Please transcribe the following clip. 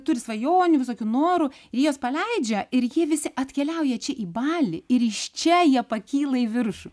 turi svajonių visokių norų jie jas paleidžia ir jie visi atkeliauja čia į balį ir iš čia jie pakyla į viršų